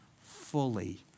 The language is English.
fully